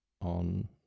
on